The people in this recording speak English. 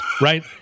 right